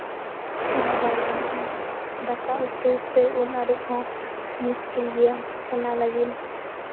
ᱪᱮᱫ ᱦᱚᱸ ᱵᱟᱭ ᱜᱟᱱᱚᱜᱼᱟ ᱫᱟᱠᱟ ᱩᱛᱩ ᱥᱮ ᱩᱢ ᱟᱹᱨᱩᱵ ᱦᱚᱸ ᱢᱩᱥᱠᱤᱞ ᱜᱮᱭᱟ ᱚᱱᱟ ᱞᱟᱹᱜᱤᱫ